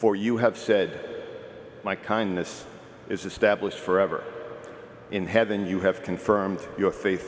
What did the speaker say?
for you have said my kindness is established forever in heaven you have confirmed your faith